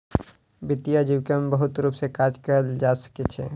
वित्तीय आजीविका में बहुत रूप सॅ काज कयल जा सकै छै